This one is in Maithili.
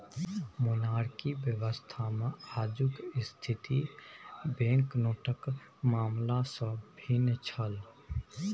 मोनार्की व्यवस्थामे आजुक स्थिति बैंकनोटक मामला सँ भिन्न छल